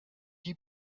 die